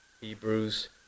Hebrews